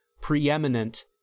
preeminent